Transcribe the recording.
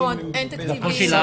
נכון, אין תקציבים.